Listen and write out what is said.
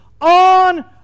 on